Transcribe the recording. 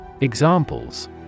Examples